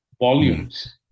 Volumes